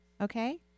Okay